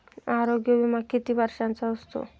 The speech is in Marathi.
आरोग्य विमा किती वर्षांचा असतो?